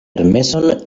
permeson